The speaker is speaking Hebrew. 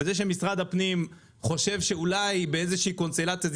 וזה שמשרד הפנים חושב שאולי באיזושהי קונסטלציה זה